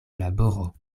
laboro